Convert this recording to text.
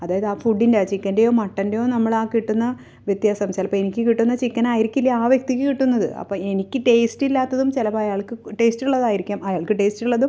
അതായത് ആ ഫുഡിൻ്റെ ചിക്കൻ്റെയോ മട്ടൻ്റെയോ നമ്മൾ ആ കിട്ടുന്ന വ്യത്യാസം ചിലപ്പോൾ എനിക്ക് കിട്ടുന്ന ചിക്കാനായിരിക്കില്ല ആ വ്യക്തിക്ക് കിട്ടുന്നത് അപ്പോൾ എനിക്ക് ടേസ്റ്റില്ലാത്തതും ചിലപ്പോൾ അയാൾക്ക് ടേസ്റ്റുള്ളതായിരിക്കാം അയാൾക്ക് ടേസ്റ്റുള്ളതും